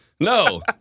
no